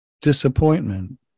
disappointment